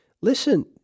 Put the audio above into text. Listen